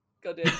God